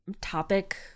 topic